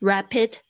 Rapid